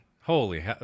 holy